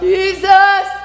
Jesus